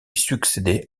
succéder